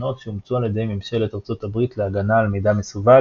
שונות שאומצו על ידי ממשלת ארצות הברית להגנה על מידע מסווג